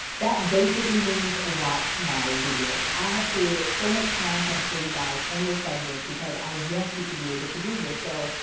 basically means watch my videos. i have created so much content for you guys on this subject because i want you to be able to do this. so,